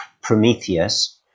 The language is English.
prometheus